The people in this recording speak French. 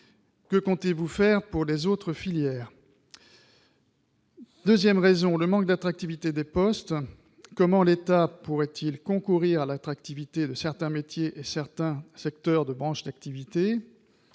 Que comptez-vous faire pour les autres filières ? Deuxièmement, le manque d'attractivité des postes. Comment l'État pourrait-il concourir à l'attractivité de certains métiers et de certains secteurs et branches d'activité ?